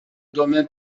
domaine